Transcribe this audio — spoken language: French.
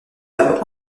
herbe